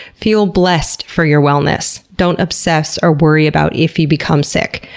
feel blessed for your wellness. don't obsess or worry about if you become sick.